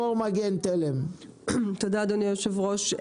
תודה אדוני היו"ר.